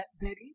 Betty